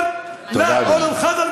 (הו, אחים, ) יאללה, רד למטה.